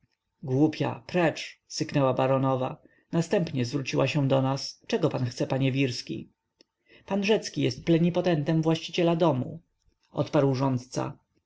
głupia precz syknęła baronowa następnie zwróciła się do nas czego pan chce panie wirski pan rzecki jest plenipotentem właściciela domu odparł rządca a